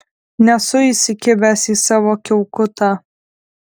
nesu įsikibęs į savo kiaukutą